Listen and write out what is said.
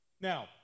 Now